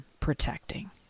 Protecting